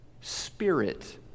spirit